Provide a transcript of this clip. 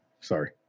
sorry